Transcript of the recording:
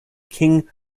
king